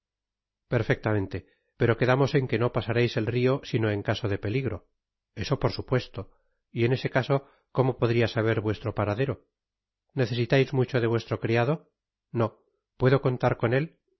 perfectamente pero quedamos en que no pasareis el rio sino en caso de peligro eso por supuesto y en ese caso cómo podria saber vuestro paradero necesitais mucho de vuestro criado no puedo con tar con él a